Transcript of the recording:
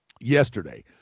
yesterday